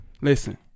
Listen